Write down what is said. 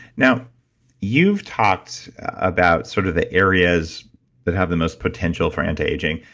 now you've talked about sort of the areas that have the most potential for anti-aging.